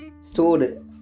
stored